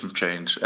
change